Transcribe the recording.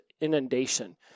inundation